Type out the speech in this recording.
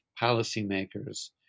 policymakers